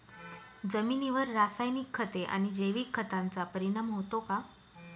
जमिनीवर रासायनिक खते आणि जैविक खतांचा परिणाम होतो का?